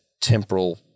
temporal